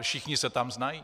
Všichni se tam znají.